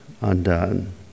undone